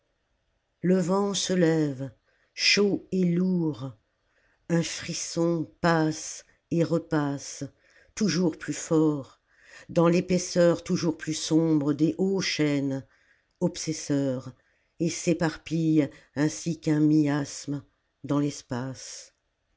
le vent se lève chaud et lourd un frisson passe et repasse toujours plus fort dans l'épaisseur toujours plus sombre des hauts chênes obsesseur et s'éparpille ainsi qu'un miasme dans l'espace